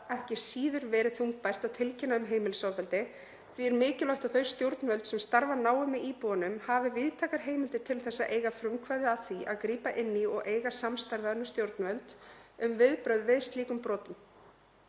ekki síður verið þungbært að tilkynna um heimilisofbeldi. Því er mikilvægt að þau stjórnvöld sem starfa náið með íbúunum hafi víðtækar heimildir til að eiga frumkvæði að því að grípa inn í og eiga samstarf við önnur stjórnvöld um viðbrögð við slíkum brotum.